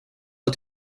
att